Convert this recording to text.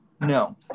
No